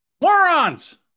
Morons